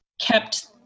kept